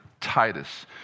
Titus